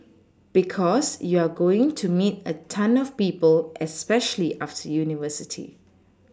because you're going to meet a ton of people especially after university